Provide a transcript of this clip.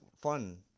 fun